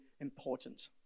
important